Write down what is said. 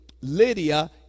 Lydia